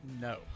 No